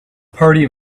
party